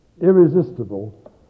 irresistible